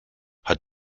hat